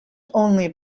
only